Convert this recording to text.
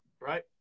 right